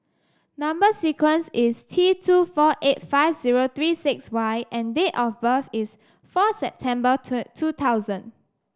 number sequence is T two four eight five zero three six Y and date of birth is fourth September two thousand